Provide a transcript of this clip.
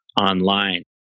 online